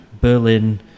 Berlin